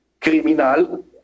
criminal